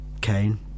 Kane